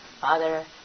Father